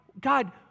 God